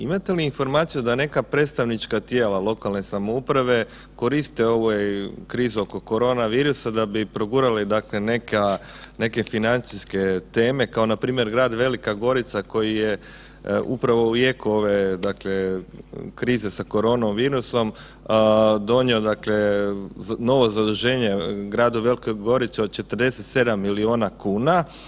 Imate li informaciju da neka predstavnička tijela lokalne samouprave koriste ovu krizu oko korona virusa da bi progurale neke financijske teme kao npr. grad Velika Gorica koji je upravo u jeku ove krize sa korona virusom donio, dakle novo zaduženje gradu Velikoj Gorici od 47 milijuna kuna.